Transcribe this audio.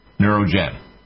Neurogen